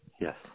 Yes